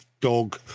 dog